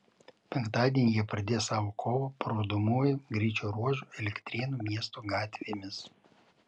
penktadienį jie pradės savo kovą parodomuoju greičio ruožu elektrėnų miesto gatvėmis